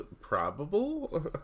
probable